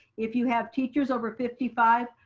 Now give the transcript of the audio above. if you have teachers over fifty five,